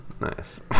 Nice